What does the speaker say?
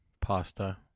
Pasta